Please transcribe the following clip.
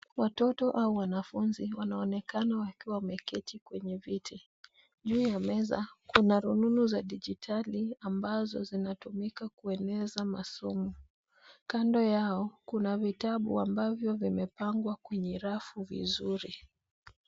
Watoto au wanafunzi wanaonekana wakiwa wameketi kwenye viti. Juu ya meza, kuna rununu za dijitali ambazo zinatumika kueneza masomo. Kando yao, kuna vitabu ambavyo vimepangwa kwenye rafu vizuri.